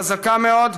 חזקה מאוד,